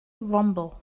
woomble